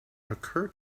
occur